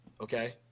Okay